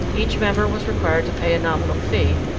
each member was required to pay a nominal fee,